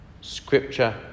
scripture